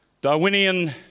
Darwinian